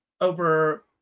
over